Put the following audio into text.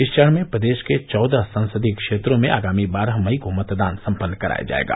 इस चरण में प्रदेश के चौदह संसदीय क्षेत्रों में आगामी बारह मई को मतदान सम्पन्न कराया जायेगा